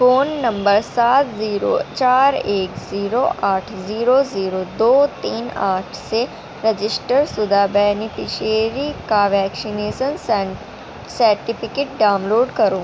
phone number سات zero چار ایک زیرو آٹھ زیرو زیرو دو تین آٹھ سے رجسٹر شدہ بینیفشیری کا ویکشینیسن سیرٹیفکیٹ ڈاؤن لوڈ کرو